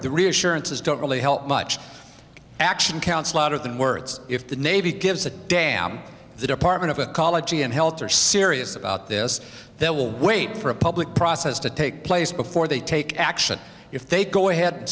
the reassurances don't really help much action counts louder than words if the navy gives a damn the department of ecology and health are serious about this they will wait for a public process to take place before they take action if they go ahead and